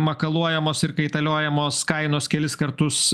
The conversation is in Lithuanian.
makaluojamos ir kaitaliojamos kainos kelis kartus